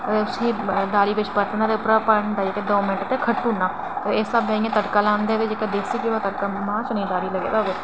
ते उसी दाली बिच परतना ते उप्परा पानी पाइयै खट्टी ओड़ना ते इस स्हाबै दा इं'या तड़का लांदे ते जेह्का देसी घ्यो दा तड़का मां चने दी दालीं गी लगदा होग